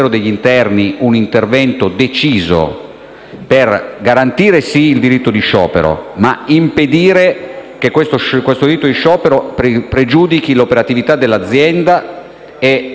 per garantire, sì, il diritto di sciopero, ma anche per impedire che questo diritto pregiudichi l'operatività dell'azienda ed il lavoro di 9.000 persone in Italia,